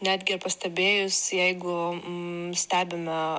netgi ir pastebėjus jeigu stebime